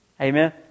Amen